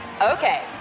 Okay